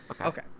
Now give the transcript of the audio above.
Okay